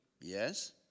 Yes